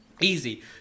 easy